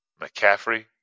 McCaffrey